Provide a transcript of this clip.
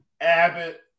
Abbott